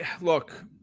look